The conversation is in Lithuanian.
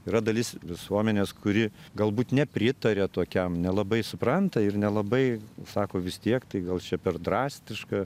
yra dalis visuomenės kuri galbūt nepritaria tokiam nelabai supranta ir nelabai sako vis tiek tai gal čia per drastiška